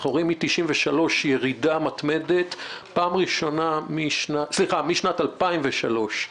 אנחנו רואים ירידה מתמדת משנת 2003,